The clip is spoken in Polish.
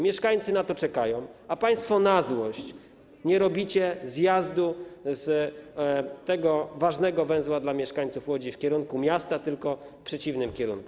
Mieszkańcy na to czekają, a państwo na złość nie robicie zjazdu z tego ważnego węzła dla mieszkańców Łodzi w kierunku miasta, tylko w przeciwnym kierunku.